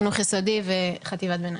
חינוך יסודי וחטיבת ביניים.